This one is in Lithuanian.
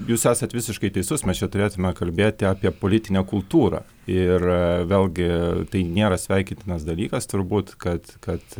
jūs esat visiškai teisus mes čia turėtume kalbėti apie politinę kultūrą ir vėlgi tai nėra sveikintinas dalykas turbūt kad kad